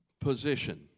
position